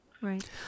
right